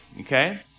Okay